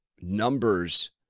numbers